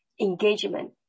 engagement